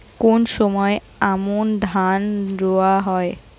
কোন সময় আমন ধান রোয়া হয়?